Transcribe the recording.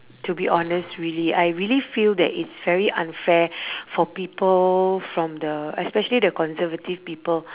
to be honest really I really feel that it's very unfair for people from the especially the conservative people